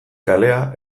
kalea